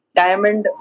diamond